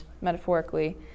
metaphorically